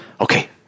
Okay